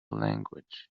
language